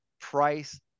Price